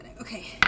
Okay